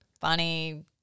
funny